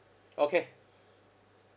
okay